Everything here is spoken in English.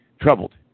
troubled